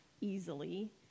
easily